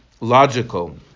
Logical